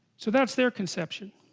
so that's their conception